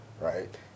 right